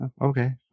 okay